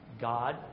God